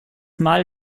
mal